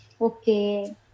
okay